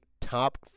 top